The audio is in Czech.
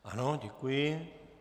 Ano, děkuji.